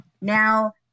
Now